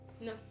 no